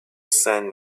sand